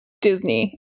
Disney